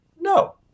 No